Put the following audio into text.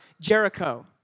Jericho